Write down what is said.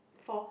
four